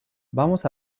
vamos